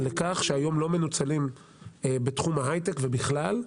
לכך שהיום לא מנוצלים בתחום ההיי-טק ובכלל.